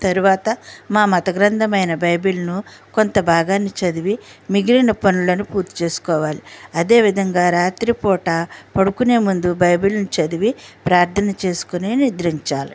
తర్వాత మా మత గ్రంధమైన బైబిల్ను కొంత భాగాన్ని చదివి మిగిలిన పనులను పూర్తి చేసుకోవాలి అదే విధంగా రాత్రిపూట పడుకునే ముందు బైబిల్ను చదివి ప్రార్థన చేసుకునే నిద్రించాలి